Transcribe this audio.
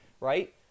right